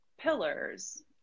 pillars